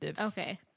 Okay